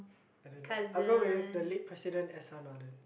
I don't know I'll go with the late president S_R-Nathan